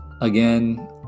again